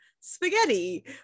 spaghetti